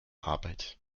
arbeit